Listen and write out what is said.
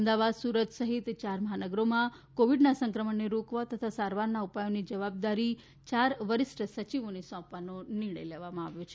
અમદાવાદ સુરત સહિત યાર મહાનગરોમાં કોવિડના સંક્રમણને રોકવા તથા સારવારના ઉપાયોની જવાબદારી યાર વરિષ્ઠ સચિવોને સોંપવાનો નિર્ણય બેઠકમાં લેવાયો છે